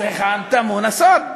אז היכן טמון הסוד?